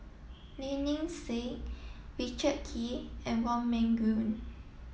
Lynnette Seah Richard Kee and Wong Meng Voon